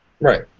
Right